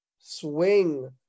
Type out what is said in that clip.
swing